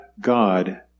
God